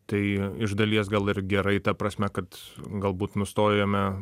tai iš dalies gal ir gerai ta prasme kad galbūt nustojome